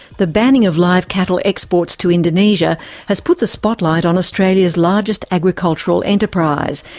the banning of live cattle exports to indonesia has put the spotlight on australia's largest agricultural enterprise,